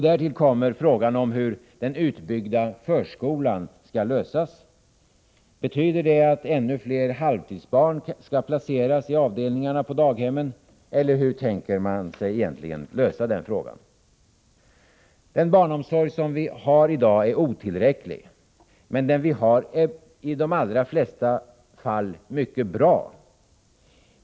Därtill kommer frågan om den utbyggda förskolan och problemet hur denna fråga skall lösas. Skall ännu fler halvtidsbarn placeras i avdelningarna på daghemmen eller hur tänker man lösa frågan? Den barnomsorg vi har i dag är otillräcklig, men den är på de allra flesta håll mycket bra.